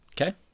Okay